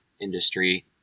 industry